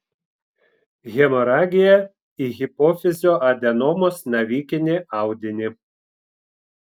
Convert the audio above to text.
hemoragija į hipofizio adenomos navikinį audinį